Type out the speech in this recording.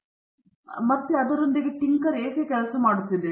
ಆದ್ದರಿಂದ ಅದರೊಂದಿಗೆ ಟಿಂಕರ್ ಏಕೆ ಕೆಲಸ ಮಾಡುತ್ತಿದೆ